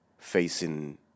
Facing